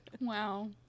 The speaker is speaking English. Wow